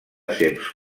serps